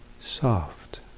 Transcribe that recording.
soft